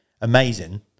amazing